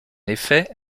effet